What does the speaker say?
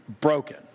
broken